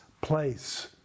place